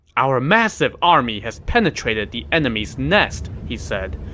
our massive army has penetrated the enemy's nest, he said.